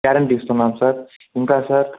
guarantee ఇస్తున్నాం sir ఇంకా sir